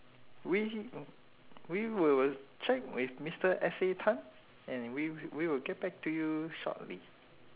we we will check with mister S A tan and we w~ we will get back to you shortly